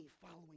following